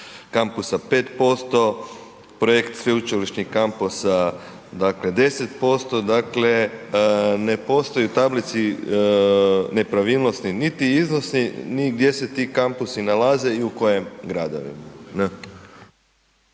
kampusa 5%, projekt sveučilišnih kampusa dakle 10%, dakle ne postoji u tablici nepravilnosti niti iznosi ni gdje se ti kampusi nalaze i u kojim gradovima.